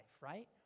right